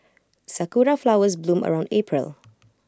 Sakura Flowers bloom around April